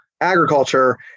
agriculture